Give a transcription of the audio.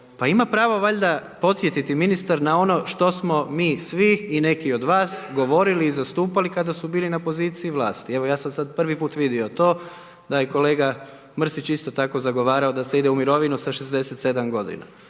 pa ima pravo valjda podsjetiti ministar na ono što mi svi i neki od vas govorili i zastupali kada su bili na poziciji vlasti, evo ja sam sad prvi put vidio to da je kolega Mrsić isto tako zagovarao da se ide u mirovinu sa 67 g.